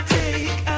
take